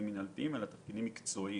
מינהלתיים אלא מקצועיים.